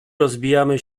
rozbijamy